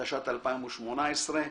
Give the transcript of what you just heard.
התשע"ט-2018.